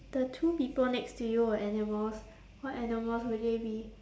the two people next to you were animals what animals would they be